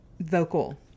vocal